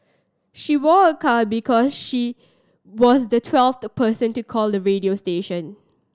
she won a car because she was the twelfth person to call the radio station